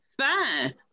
fine